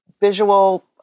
visual